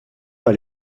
par